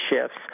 shifts